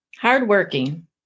hardworking